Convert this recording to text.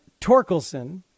Torkelson